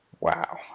Wow